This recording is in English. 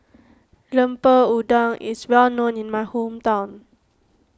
Lemper Udang is well known in my hometown